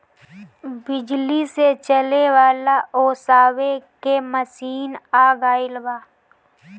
बिजली से चले वाला ओसावे के मशीन आ गइल बा